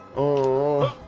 oh